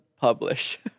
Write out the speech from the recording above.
Publish